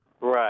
Right